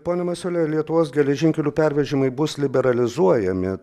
pone masiuli lietuvos geležinkelių pervežimai bus liberalizuojami